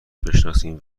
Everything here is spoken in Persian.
بشناسیم